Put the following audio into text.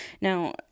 now